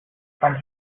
from